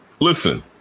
listen